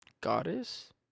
goddess